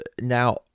Now